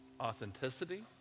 authenticity